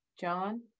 John